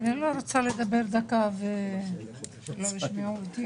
אני לא רוצה לדבר דקה ולא ישמעו אותי,